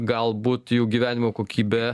galbūt jų gyvenimo kokybė